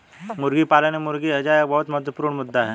मुर्गी पालन में मुर्गी हैजा एक बहुत महत्वपूर्ण मुद्दा है